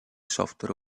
software